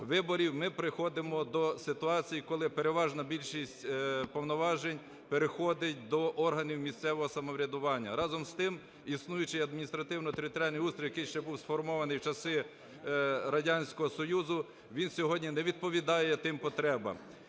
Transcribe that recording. ми приходимо до ситуації, коли переважна більшість повноважень переходить до органів місцевого самоврядування. Разом з тим, існуючий адміністративно-територіальний устрій, який ще був сформований в часи Радянського Союзу, він сьогодні не відповідає тим потребам.